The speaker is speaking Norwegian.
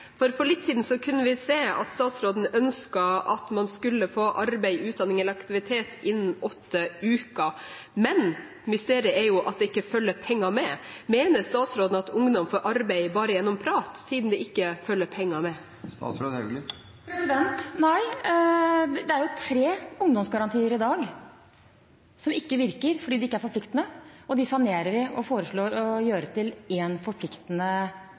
for for litt siden kunne vi se at statsråden ønsket at man skulle få arbeid, utdanning eller aktivitet innen åtte uker. Men mysteriet er at det ikke følger penger med. Mener statsråden at ungdom får arbeid bare gjennom prat, siden det ikke følger penger med? Nei. Det er tre ungdomsgarantier i dag, som ikke virker fordi de ikke er forpliktende. De sanerer vi og foreslår å gjøre til én forpliktende